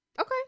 Okay